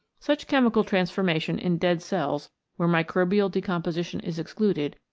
such chemical transformation in dead cells where microbial decomposition is excluded,